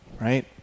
right